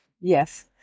Yes